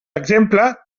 exemple